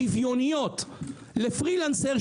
שוויוניות לפרילנסר,